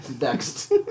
Next